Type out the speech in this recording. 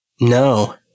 No